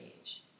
age